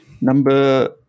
Number